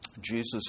Jesus